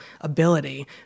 ability